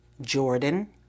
Jordan